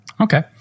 Okay